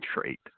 trait